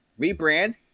rebrand